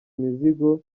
imizigo